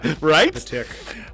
Right